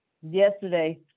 yesterday